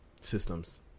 systems